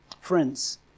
Friends